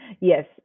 Yes